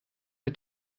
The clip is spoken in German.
mit